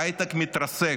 ההייטק מתרסק,